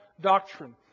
doctrine